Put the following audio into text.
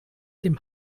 dem